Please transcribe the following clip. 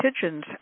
pigeons